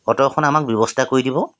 auto এখন আমাক ব্যৱস্থা কৰি দিব